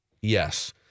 Yes